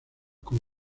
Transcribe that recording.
con